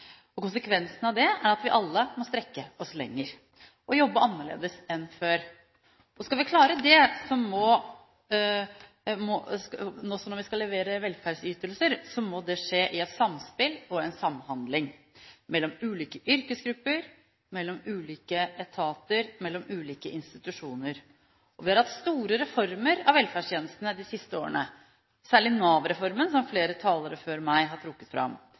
bli. Konsekvensen av det er at vi alle må strekke oss lenger og jobbe annerledes enn før. Skal vi klare det, må det – når vi skal levere velferdsytelser – skje i et samspill og en samhandling mellom ulike yrkesgrupper, mellom ulike etater og mellom ulike institusjoner. Vi har hatt store reformer av velferdstjenestene de siste årene, særlig Nav-reformen, som flere talere før meg har trukket fram.